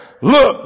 Look